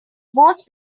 most